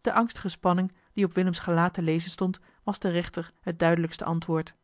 de angstige spanning die op willem's gelaat te lezen stond was den rechter het duidelijkste antwoord